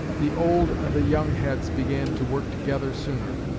the old and the young heads began to work together sooner.